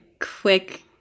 Quick